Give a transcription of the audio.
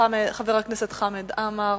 חבר הכנסת חמד עמאר,